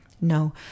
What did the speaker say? No